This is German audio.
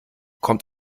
kommt